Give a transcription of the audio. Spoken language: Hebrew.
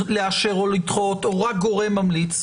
לאשר או לדחות או אם הוא רק גורם ממליץ.